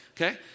Okay